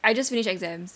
I just finished exams